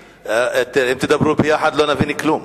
אם תדברו ביחד לא נבין כלום.